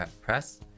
Press